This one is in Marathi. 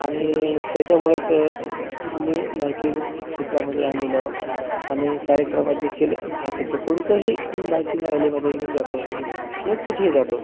आणि त्याच्यामुळेच मी बायकिंग क्षेत्रामध्ये आलेलो आणि कार्यक्रमात देखील भाग घेतो कोणत्याही बायकिंग रॅलीमध्ये मी जातो आणि कुठेही जातो